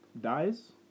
dies